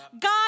God